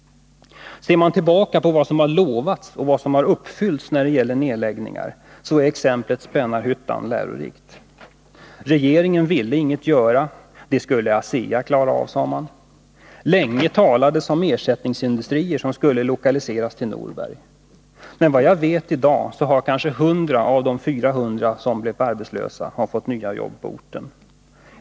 Ser man tillbaka på vad som har lovats och vad som har uppfyllts när det gäller nedläggningar, så är exemplet Spännarhyttan lärorikt. Regeringen ville inget göra — det skulle ASEA klara av, sade man. Länge talades det om ersättningsindustrier, som skulle lokaliseras till Norberg. Enligt vad jag vet i dag, har kanske 100 av de 400 som blev arbetslösa fått nya jobb på orten.